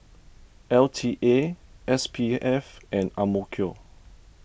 L T A S P F and Ang Mo Kio